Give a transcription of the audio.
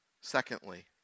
Secondly